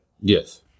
Yes